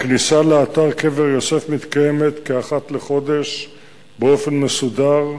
הכניסה לאתר קבר יוסף מתקיימת כאחת לחודש באופן מסודר,